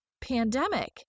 pandemic